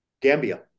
Gambia